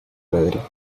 frederick